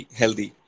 healthy